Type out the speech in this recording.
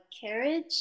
carriage